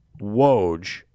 Woj